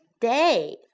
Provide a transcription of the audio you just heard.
day